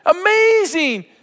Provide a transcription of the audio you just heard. Amazing